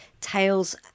tails